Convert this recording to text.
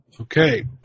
Okay